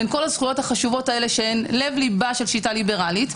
בין כל הזכויות החשובות האלה שהן לב ליבה של שיטה ליברלית,